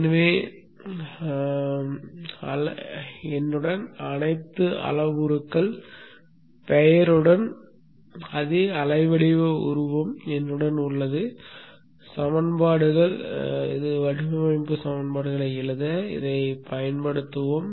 எனவே அனைத்து அளவுருக்கள் பெயருடன் அதே அலை வடிவ உருவம் என்னுடன் உள்ளது சமன்பாடுகள் வடிவமைப்பு சமன்பாடுகளை எழுத இதைப் பயன்படுத்துவோம்